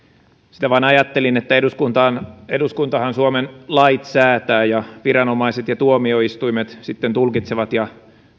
sitä vain ajattelin että eduskuntahan suomen lait säätää ja viranomaiset ja tuomioistuimet sitten tulkitsevat ja